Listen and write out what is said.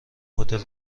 هتل